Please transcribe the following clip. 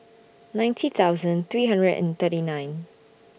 ninety thousand three hundred and thirty nine